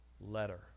letter